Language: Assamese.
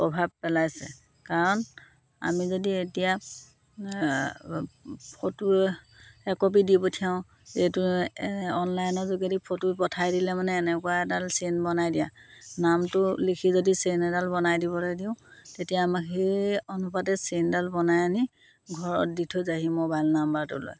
প্ৰভাৱ পেলাইছে কাৰণ আমি যদি এতিয়া ফটো একপি দি পঠিয়াওঁ এইটো অনলাইনৰ যোগেদি ফটো পঠাই দিলে মানে এনেকুৱা এডাল চেইন বনাই দিয়া নামটো লিখি যদি চেইন এডাল বনাই দিবলৈ দিওঁ তেতিয়া আমাক সেই অনুপাতে চেইন এডাল বনাই আনি ঘৰত দি থৈ যায়হি মোবাইল নাম্বাৰটোলৈ